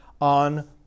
on